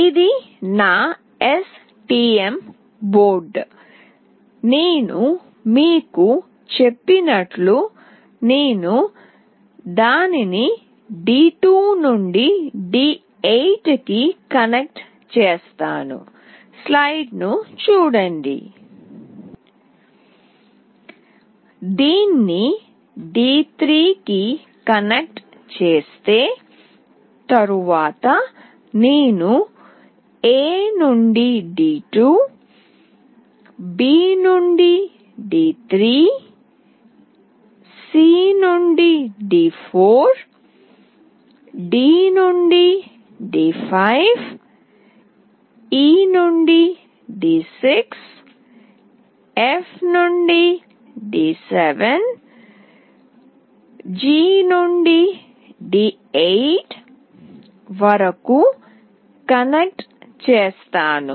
ఇది నా STM board నేను మీకు చెప్పినట్లు నేను దానిని D2 నుండి D8 కి కనెక్ట్ చేస్తాను దీన్ని D3 కి కనెక్ట్ చేస్తే తరువాత నేను A నుండి D2 B నుండి D3 C నుండి D4 D నుండి D5 E నుండి D6 F నుండి D7 G నుండి D8 వరకు కనెక్ట్ చేస్తాను